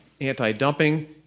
anti-dumping